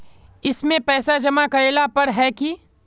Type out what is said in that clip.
इसमें पैसा जमा करेला पर है की?